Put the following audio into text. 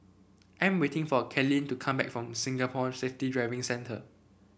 I'm waiting for Kaylyn to come back from Singapore Safety Driving Centre